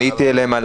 פניתי אליהם על